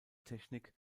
technik